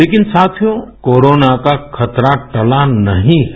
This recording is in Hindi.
लेकिन साथियो कोरोना का खतरा टला नहीं है